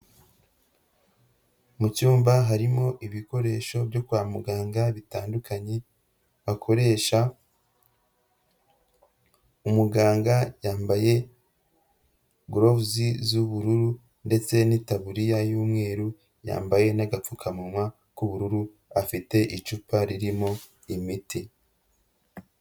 Mu cyumba harimo ibikoresho byo kwa muganga bitandukanye bakoresha, umuganga yambaye gloves z'ubururu ndetse n'itaburiya y'umweru yambaye n'agapfukamunwa k'ubururu, afite icupa ririmo imiti.